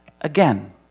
again